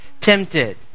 tempted